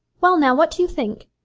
well, now, what do you think?